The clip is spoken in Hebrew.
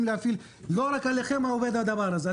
ולא רק עליכם עובד הדבר הזה.